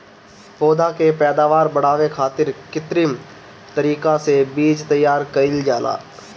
पौधा के पैदावार बढ़ावे खातिर कित्रिम तरीका से बीज तैयार कईल जाला